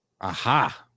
Aha